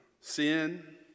Sin